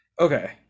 Okay